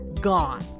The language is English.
Gone